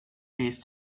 piece